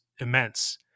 immense